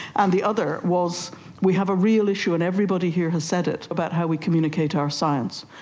and the other was we have a real issue and everybody here has said it, about how we communicate our science,